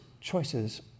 choices